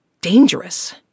dangerous